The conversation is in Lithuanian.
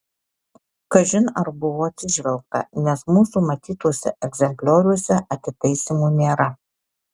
kažin ar buvo atsižvelgta nes mūsų matytuose egzemplioriuose atitaisymų nėra